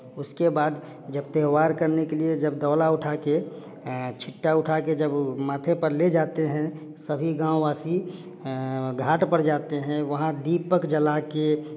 उसके बाद जब त्यौहार करने के लिए जब दौला उठा के छुट्टा उठा के जब माथे पर ले जाते हैं सभी गाँव वासी घाट पर जाते हैं वहाँ दीपक जला के